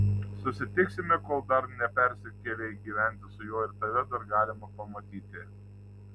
susitiksime kol dar nepersikėlei gyventi su juo ir tave dar galima pamatyti